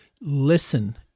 listen